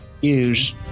use